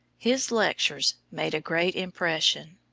his lectures made a great impression.